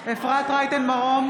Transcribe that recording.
אפרת רייטן מרום,